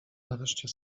nareszcie